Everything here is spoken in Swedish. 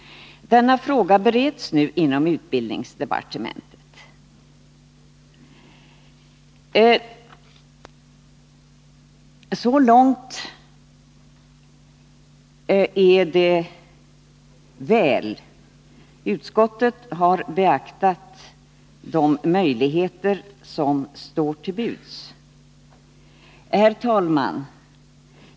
Denna fråga bereds nu inom utbildningsdepartementet. Så långt är allt väl. Utskottet har beaktat de möjligheter som står till buds. Herr talman!